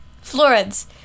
Florence